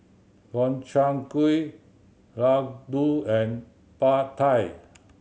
Gobchang Gui Ladoo and Pad Thai